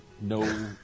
no